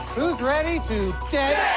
who's ready to debt